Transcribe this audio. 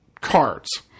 cards